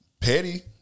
petty